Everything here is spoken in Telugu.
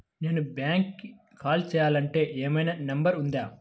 నేను బ్యాంక్కి కాల్ చేయాలంటే ఏమయినా నంబర్ ఉందా?